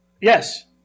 Yes